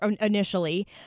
initially